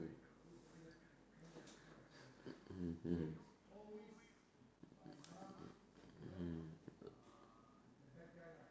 mmhmm mm